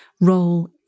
role